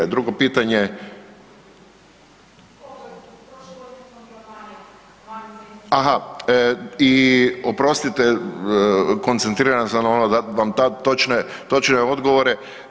I drugo pitanje, aha i oprostite koncentriran sam na ono da vam dam točne odgovore.